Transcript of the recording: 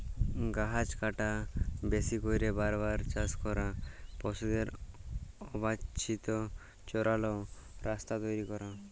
গাহাচ কাটা, বেশি ক্যইরে বার বার চাষ ক্যরা, পশুদের অবাল্ছিত চরাল, রাস্তা তৈরি ক্যরা